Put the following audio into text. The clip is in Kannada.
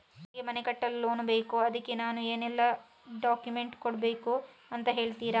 ನನಗೆ ಮನೆ ಕಟ್ಟಲು ಲೋನ್ ಬೇಕು ಅದ್ಕೆ ನಾನು ಏನೆಲ್ಲ ಡಾಕ್ಯುಮೆಂಟ್ ಕೊಡ್ಬೇಕು ಅಂತ ಹೇಳ್ತೀರಾ?